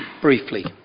briefly